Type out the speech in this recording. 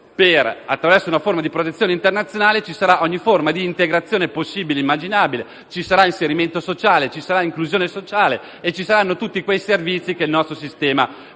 attraverso una forma di protezione internazionale ci sarà ogni forma di integrazione possibile e immaginabile: ci sarà l'integrazione sociale, l'inclusione sociale e tutti quei servizi che il nostro sistema prevede.